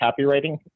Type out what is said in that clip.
copywriting